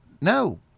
no